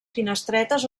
finestretes